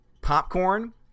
popcorn